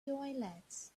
toilets